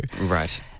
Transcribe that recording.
right